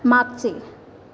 मागचे